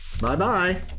Bye-bye